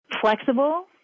Flexible